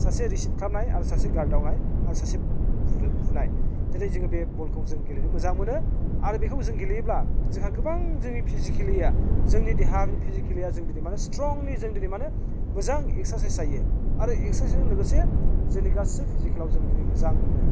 सासे रिसिभ खालामनाय आरो सासे गारदावनाय आरो सासे बुनाय दिनै जोङो बे बलखौ जों गेलेनो मोजां मोनो आरो बेखौ जों गेलेयोब्ला जोंहा गोबां जोंनि फिजिकेलिया जोंनि देहा फिजिकेलिया जों दिनै मानो स्ट्रंलि जों दिनै मानो मोजां एकसारसाइस जायो आरो एकसारसाइसजों लोगोसे जोंनि गासै फिजिकेलाव जों मोजां मोनो